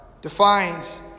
defines